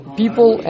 people